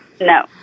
No